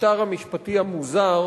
המשטר המשפטי המוזר